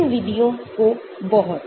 इन विधियों को बहुत